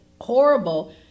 horrible